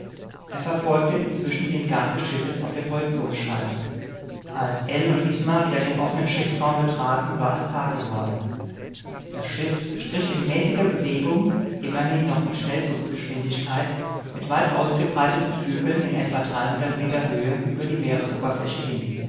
er verfolgte inzwischen den gang des schiffes auf der projektionsscheibe als ell und isma wieder den offenen schiffsraum betraten war es tag geworden das schiff strich in mäßiger bewegung immerhin noch mit schnellzugsgeschwindigkeit mit weit ausgebreiteten flügeln in etwa dreihundert meter höhe über die meeresoberfläche hin